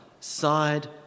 side